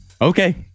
Okay